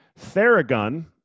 Theragun